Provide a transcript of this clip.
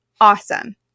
awesome